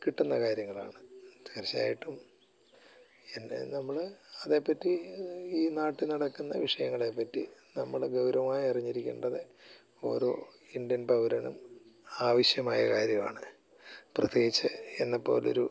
കിട്ടുന്ന കാര്യങ്ങളാണ് തീർച്ചയായിട്ടും ഇതിൻ്റെ നമ്മൾ അതേപ്പറ്റി ഈ നാട്ടിൽ നടക്കുന്ന വിഷയങ്ങളെപ്പറ്റി നമ്മൾ ഗൗരവമായി അറിഞ്ഞിരിക്കേണ്ടത് ഓരോ ഇന്ത്യൻ പൗരനും ആവശ്യമായ കാര്യമാണ് പ്രത്യേകിച്ച് എന്നെ പോലൊരു